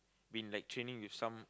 been like training with some